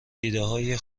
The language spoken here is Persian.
دیدگاههای